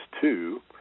two